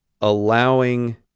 allowing